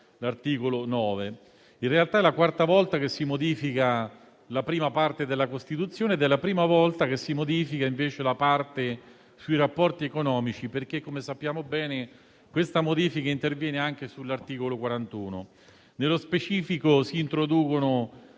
l'articolo 9. In realtà, è la quarta volta che si modifica la prima parte della Costituzione ed è la prima volta che si modifica, invece, la parte sui rapporti economici, perché - come sappiamo bene - la modifica interviene anche sull'articolo 41. Nello specifico, si introducono